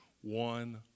one